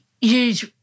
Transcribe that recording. use